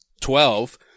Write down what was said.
twelve